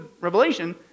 revelation